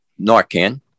Narcan